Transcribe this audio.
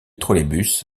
trolleybus